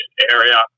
area